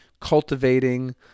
cultivating